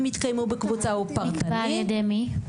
יתקיימו בקבוצה או פרטנית --- היא נקבעת על ידי מי?